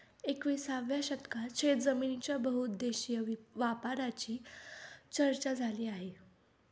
एकविसाव्या शतकात शेतजमिनीच्या बहुउद्देशीय वापराची चर्चा झाली आहे